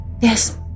Yes